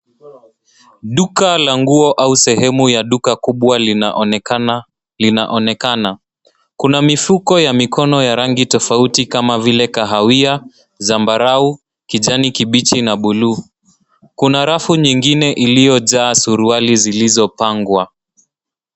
Duka la nguo au sehemu ya duka kubwa linaonekana. Kuna mifuko ya mikono rangi tofauti kama vile kahawia, zambarau, kijani kibichi na bluu. Kuna rafu nyingine iliyojaa suruali zilizopangwa.